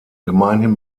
gemeinhin